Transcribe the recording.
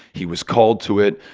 he was called to it.